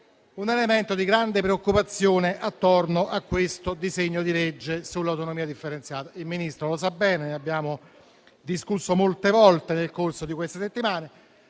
un elemento di grande preoccupazione attorno a questo disegno di legge sull'autonomia differenziata. Il Ministro lo sa bene; ne abbiamo discusso molte volte nel corso delle ultime settimane.